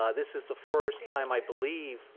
ah this is the first time, i believe,